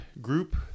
group